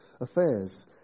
affairs